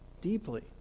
deeply